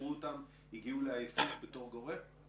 כשחקרו אותן הגיעו לעייפות בתור גורם?